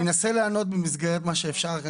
אני אנסה לענות במסגרת מה שאפשר,